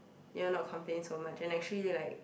you are not complain so much and actually like